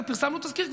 כבר פרסמנו תזכיר,